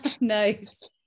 Nice